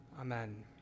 Amen